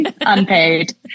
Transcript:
unpaid